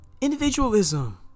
individualism